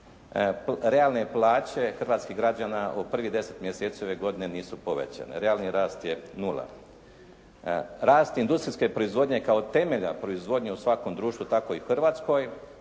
realne plaće hrvatskih građana u prvih 10 mjeseci ove godine nisu povećane. Realni rast je nula. Rast industrijske proizvodnje kao temelja proizvodnje u svakom društvu tako i u Hrvatskoj